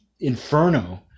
inferno